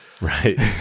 Right